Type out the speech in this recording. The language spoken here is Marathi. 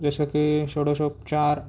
जसं की षोडशोपचार